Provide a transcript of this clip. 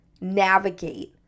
navigate